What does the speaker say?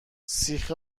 سیخ